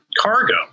cargo